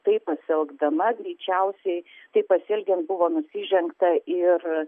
taip pasielgdama greičiausiai taip pasielgiant buvo nusižengta ir